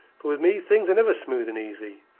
for with me things are never smooth and easy.